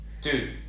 dude